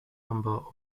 number